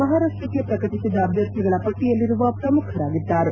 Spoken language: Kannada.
ಮಹಾರಾಷ್ಟಕ್ಕೆ ಪ್ರಕಟಿಸಿದ ಅಭ್ಯರ್ಥಿಗಳ ಪಟ್ಟಯಲ್ಲಿರುವ ಪ್ರಮುಖರಾಗಿದ್ದಾರೆ